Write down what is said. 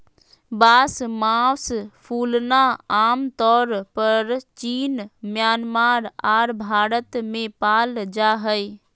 बांस मास फूलना आमतौर परचीन म्यांमार आर भारत में पाल जा हइ